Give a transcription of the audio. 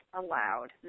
allowed